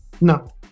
No